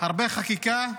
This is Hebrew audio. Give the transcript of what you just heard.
הרבה חקיקה,